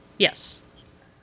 Yes